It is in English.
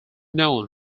known